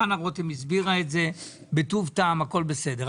חנה רותם הסבירה את זה בטוב טעם, הכל בסדר.